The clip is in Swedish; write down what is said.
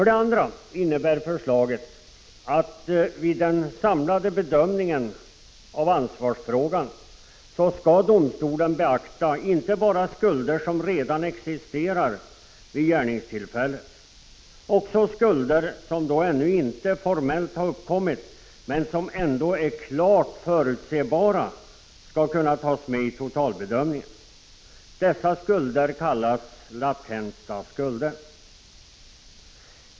Det andra som förslaget innebär är att vid den samlade bedömningen av ansvarsfrågan skall domstolen beakta inte bara skulder som redan existerar vid gärningstillfället, utan också skulder som då ännu inte formellt har uppkommit men som ändå är klart förutsebara skall kunna tas med i totalbedömningen. Dessa skulder kallas ”latenta skulder”.